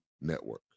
network